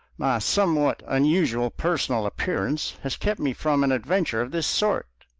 my somewhat unusual personal appearance has kept me from an adventure of this sort,